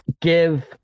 give